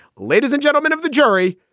ladies and gentlemen of the jury,